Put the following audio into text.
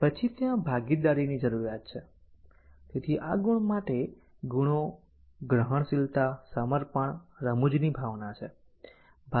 પછી ત્યાં ભાગીદારીની જરૂર છે તેથી આ માટે ગુણો ગ્રહણશીલતા સમર્પણ રમૂજની ભાવના છે